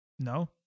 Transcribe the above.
No